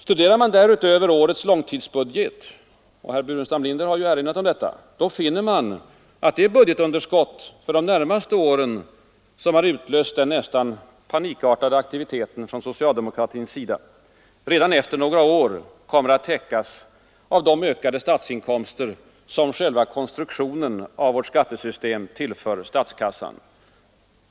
Studerar man därutöver årets långtidsbudget finner man — och herr Burenstam Linder har ju erinrat om detta — att det budgetunderskott för de närmaste åren som har utlöst den nästan panikartade aktiviteten från socialdemokratins sida redan efter några år kommer att täckas av de ökade statsinkomster som själva konstruktionen av vårt skattesystem tillför statskassan.